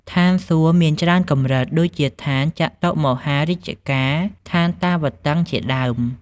ឋានសួគ៌មានច្រើនកម្រិត ដូចជា ឋានចាតុម្មហារាជិកា ឋានតាវត្តិង្ស ជាដើម។